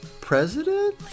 president